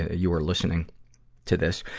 you are listening to this.